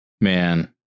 Man